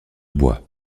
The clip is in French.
bois